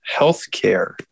healthcare